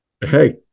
hey